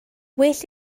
well